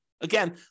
Again